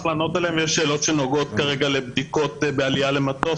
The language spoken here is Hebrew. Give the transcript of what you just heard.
לענות עליהן ויש שאלות שנוגעות לבדיקות בעלייה למטוס.